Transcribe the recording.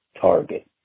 target